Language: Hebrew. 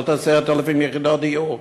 עוד 10,000 יחידות דיור,